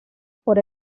por